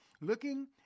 Looking